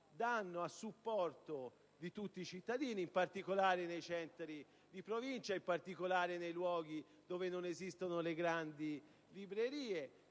a supporto di tutti i cittadini, in particolare nei centri di provincia e nei luoghi dove non esistono le grandi librerie.